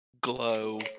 Glow